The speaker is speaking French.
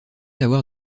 avoir